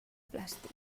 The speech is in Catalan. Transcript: plàstic